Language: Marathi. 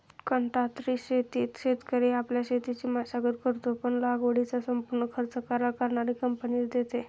कंत्राटी शेतीत शेतकरी आपल्या शेतीची मशागत करतो, पण लागवडीचा संपूर्ण खर्च करार करणारी कंपनीच देते